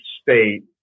state